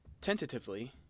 Tentatively